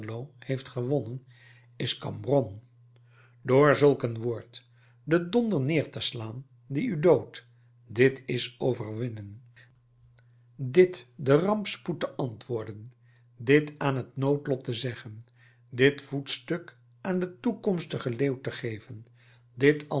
heeft gewonnen is cambronne door zulk een woord den donder neer te slaan die u doodt dit is overwinnen dit den rampspoed te antwoorden dit aan het noodlot te zeggen dit voetstuk aan den toekomstigen leeuw te geven dit